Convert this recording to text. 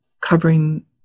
covering